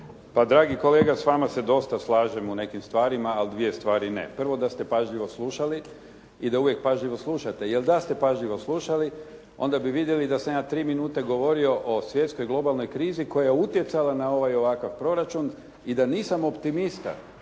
Pa dragi kolega s vama se dosta slažem u nekim stvarima, ali dvije stvari ne. Prvo da ste pažljivo slušali i da uvijek pažljivo slušali, onda bi vidjeli da sam ja 3 minute govorio o svjetskoj globalnoj krizi koja je utjecala na ovaj i ovakav proračun i da nisam optimista,